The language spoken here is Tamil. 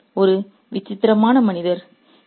" நீங்கள் ஒரு விசித்திரமான மனிதர்